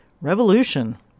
Revolution